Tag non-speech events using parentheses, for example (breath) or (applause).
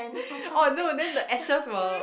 (breath) oh no then the ashes will